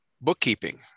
bookkeeping